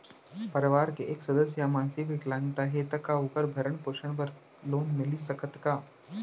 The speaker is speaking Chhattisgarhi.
परवार के एक सदस्य हा मानसिक विकलांग हे त का वोकर भरण पोषण बर लोन मिलिस सकथे का?